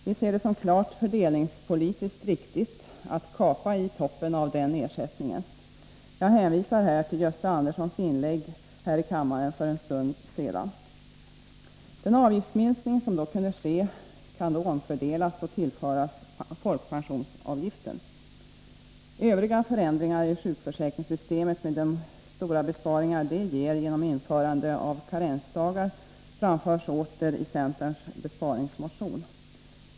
Vi ser det som klart fördelningspolitiskt riktigt att kapa i toppen av den ersättningen. Jag hänvisar i detta sammanhang till Gösta Anderssons inlägg här i kammaren för en stund sedan. Den avgiftsminskning som då kunde ske kan då omfördelas och tillföras folkpensionsavgiften. Övriga förändringar i sjukförsäkringssystemet som besparingarna genom införandet av karensdagar innebär framförs åter i centerns besparingsmotion.